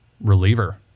reliever